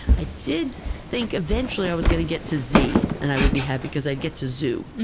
i did think eventually i was going to get to z and i would be happy because i'd get to zoo.